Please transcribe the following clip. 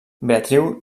beatriu